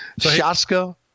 Shaska